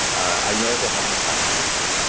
i know that they have an asylum case,